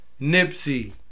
Nipsey